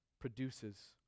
produces